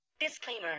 Disclaimer